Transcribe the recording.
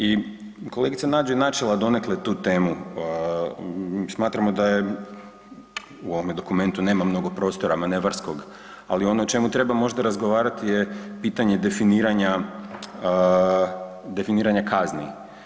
I kolegica Nađ je načela donekle tu temu, smatramo da je u ovome dokumentu nema mnogo prostora manevarskog, ali ono o čemu treba možda razgovarati je pitanje definiranja, definiranja kazni.